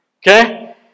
Okay